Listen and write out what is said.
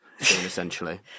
essentially